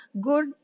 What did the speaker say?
Good